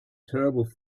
terrible